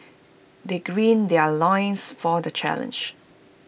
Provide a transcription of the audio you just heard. they gird their loins for the challenge